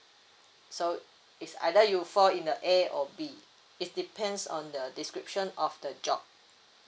so it's either you fall in the A or B it's depends on the description of the job